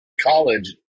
College